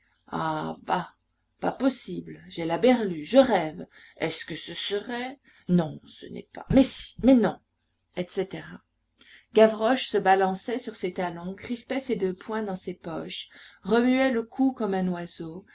pas possible j'ai la berlue je rêve est-ce que ce serait non ce n'est pas mais si mais non etc gavroche se balançait sur ses talons crispait ses deux poings dans ses poches remuait le cou comme un oiseau